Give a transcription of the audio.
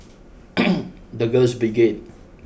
the Girls Brigade